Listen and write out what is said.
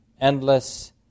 Endless